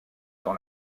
sur